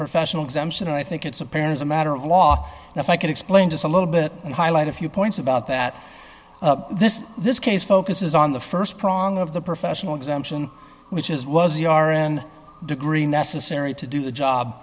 professional exemption and i think it's apparent as a matter of law now if i could explain just a little bit highlight a few points about that this this case focuses on the st prong of the professional exemption which is was the r n degree necessary to do the job